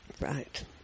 Right